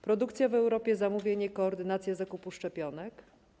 Produkcja w Europie, zamówienie, koordynacja zakupu szczepionek.